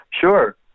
Sure